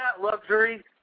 luxury